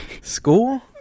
School